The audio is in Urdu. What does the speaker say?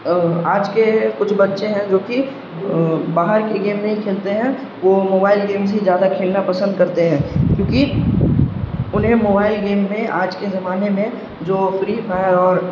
آج کے کچھ بچے ہیں جو کہ باہر کے گیم نہیں ہی کھیلتے ہیں وہ موبائل گیمس ہی زیادہ کھیلنا پسند کرتے ہیں کیونکہ انہیں موبائل گیم میں آج کے زمانے میں جو فری فائر اور